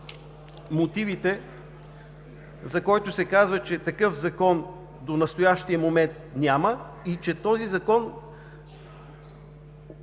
мотивите, в които се казва, че такъв закон до настоящия момент няма и че този закон